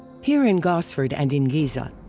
here in gosford and in giza,